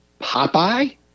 Popeye